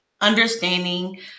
understanding